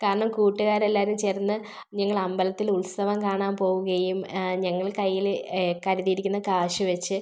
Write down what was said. കാരണം കൂട്ടുകാരെല്ലാവരും ചേർന്ന് ഞങ്ങൾ അമ്പലത്തിൽ ഉത്സവം കാണാൻ പോവുകയും ഞങ്ങൾ കയ്യിൽ കരുതിയിരിക്കുന്ന കാശ് വെച്ച്